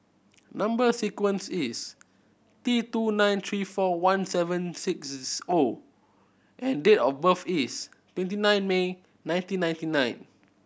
number sequence is T two nine three four one seven six O and date of birth is twenty nine May nineteen ninety nine